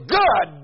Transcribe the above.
good